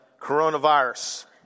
coronavirus